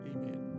amen